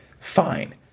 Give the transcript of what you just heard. fine